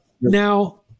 Now